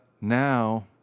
now